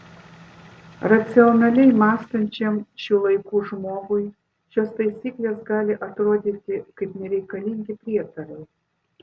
racionaliai mąstančiam šių laikų žmogui šios taisyklės gali atrodyti kaip nereikalingi prietarai